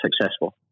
successful